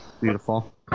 beautiful